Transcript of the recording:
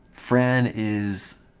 fran is